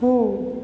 हुओ